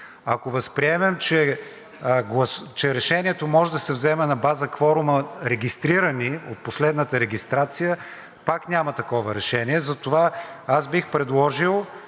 Ако възприемем, че Решението може да се вземе на база кворума регистрирани от последната регистрация, пак няма такова решение. Затова аз бих предложил